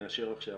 מאשר עכשיו.